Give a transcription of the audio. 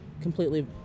completely